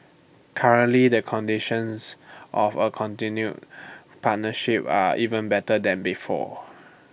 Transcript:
currently the conditions of A continued partnership are even better than before